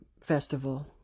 festival